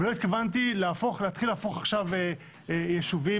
ולא התכוונתי להתחיל להפוך עכשיו יישובים